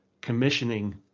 commissioning